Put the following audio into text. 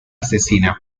asesina